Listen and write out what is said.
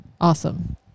awesome